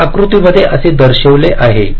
हे आकृतीमध्ये असे दर्शविले आहे